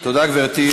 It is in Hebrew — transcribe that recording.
תודה, גברתי.